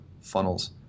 funnels